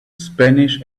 spanish